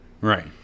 Right